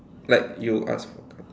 like you ask for